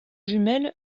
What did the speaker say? jumelles